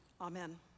amen